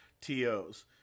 TOs